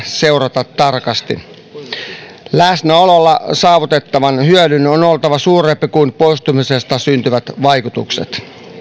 seurata tarkasti läsnäololla saavutettavan hyödyn on oltava suurempi kuin poistumisesta syntyvien vaikutusten